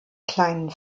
kleinen